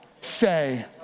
say